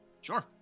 Sure